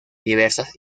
diversas